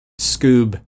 Scoob